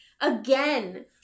Again